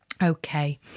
Okay